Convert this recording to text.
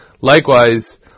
Likewise